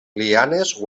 lianes